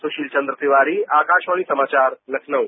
सुशील चन्द्र तिवारी आकाशवाणी समाचार लखनऊ